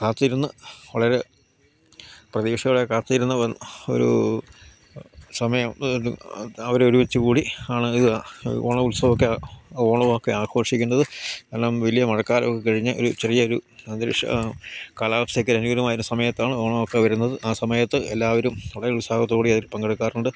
കാത്തിരുന്ന് വളരെ പ്രതീക്ഷയോടെ കാത്തിരുന്ന് ഒരൂ സമയം അത് അവരൊരുമിച്ചുകൂടി ആണ് ഇത് ഓണോത്സവമൊക്കെ ഓണമൊക്കെ ആഘോഷിക്കുന്നത് കാരണം വലിയ മഴക്കാലമൊക്കെ കഴിഞ്ഞ് ഒരു ചെറിയൊരു അന്തരീക്ഷ കാലാവസ്ഥ ഒക്കെ അനുകൂലമായൊരു സമയത്താണ് ഓണമൊക്കെ വരുന്നത് ആ സമയത്ത് എല്ലാവരും വളരെ ഉത്സാഹത്തോടെ അതിൽ പങ്കെടുക്കാറുണ്ട്